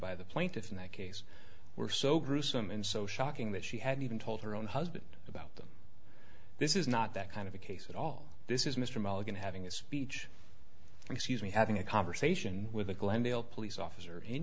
by the plaintiffs in that case were so gruesome and so shocking that she hadn't even told her own husband about them this is not that kind of a case at all this is mr mallock in having a speech excuse me having a conversation with a glendale police officer in